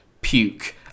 Puke